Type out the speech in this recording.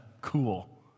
cool